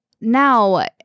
now